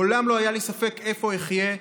מעולם לא היה לי ספק איפה אחיה,